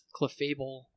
clefable